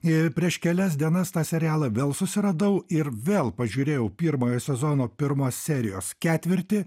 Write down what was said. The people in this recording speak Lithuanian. ir prieš kelias dienas tą serialą vėl susiradau ir vėl pažiūrėjau pirmąją sezono pirmos serijos ketvirtį